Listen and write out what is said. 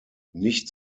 nicht